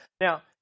Now